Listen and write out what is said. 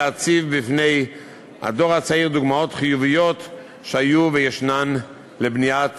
להציב בפני הדור הצעיר דוגמאות חיוביות שהיו וישנן לבניית